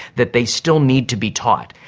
that they still need to be taught.